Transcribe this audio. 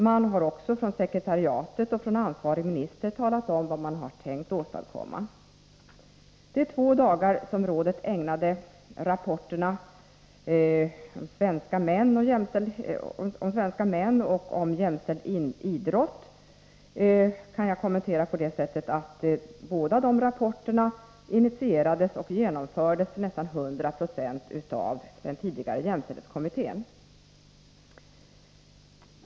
Man har också från sekretariatet och ansvarig minister talat om vad man har tänkt åstadkomma. De två dagar som rådet ägnade rapporterna Om svenska män och Jämställd idrott kan jag kommentera genom att säga att båda de rapporterna initierades och till nästan 100 20 genomfördes av den tidigare jämställdhetskommittén.